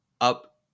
up